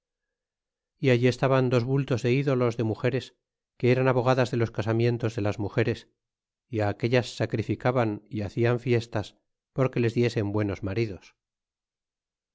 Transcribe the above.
y allí estaban dos bultos de ídolos de mugeres que eran abogadas de los casamientos de las mugeres y á aquellas sacrificaban y hacian fiestas porque les diesen buenos maridos